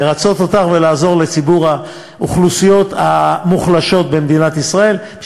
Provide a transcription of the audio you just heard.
לרצות אותך ולעזור לציבור האוכלוסיות המוחלשות במדינת ישראל.